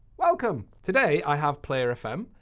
welcome! today i have player fm.